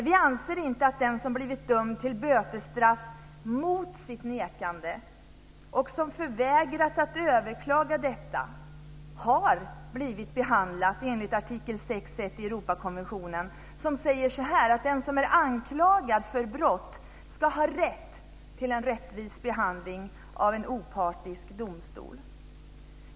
Vi anser inte att den som blivit dömd till bötesstraff mot sitt nekande och som förvägras att överklaga detta har blivit behandlad enligt artikel 6.1 i Europakonventionen, som säger att den som är anklagad för brott ska ha rätt till en rättvis behandling av en opartisk domstol.